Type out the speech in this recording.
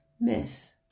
Miss